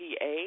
PA